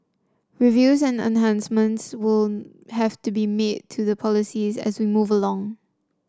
reviews and enhancements will have to be made to the policies as we move along